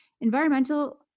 Environmental